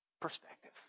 perspective